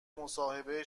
مصاحبه